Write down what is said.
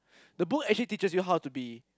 the book actually teaches you how to be